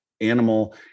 animal